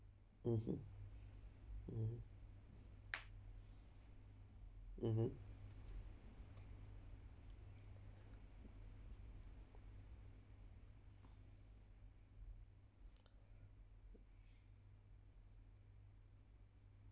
mmhmm mmhmm